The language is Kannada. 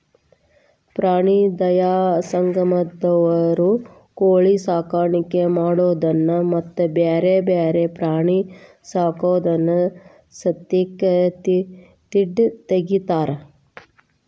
ಪ್ರಾಣಿ ದಯಾ ಸಂಘದಂತವರು ಕೋಳಿ ಸಾಕಾಣಿಕೆ ಮಾಡೋದನ್ನ ಮತ್ತ್ ಬ್ಯಾರೆ ಬ್ಯಾರೆ ಪ್ರಾಣಿ ಸಾಕೋದನ್ನ ಸತೇಕ ತಿಡ್ಡ ತಗಿತಾರ